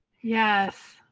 Yes